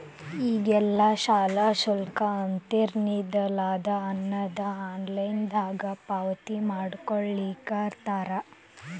ಈಗೆಲ್ಲಾ ಶಾಲಾ ಶುಲ್ಕ ಅಂತೇನಿರ್ತದಲಾ ಅದನ್ನ ಆನ್ಲೈನ್ ದಾಗ ಪಾವತಿಮಾಡ್ಕೊಳ್ಳಿಖತ್ತಾರ